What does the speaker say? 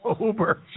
Uber